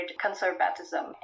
conservatism